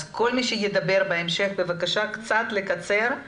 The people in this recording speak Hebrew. אז כל מי שידבר בהמשך בבקשה קצת לקצר.